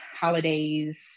holidays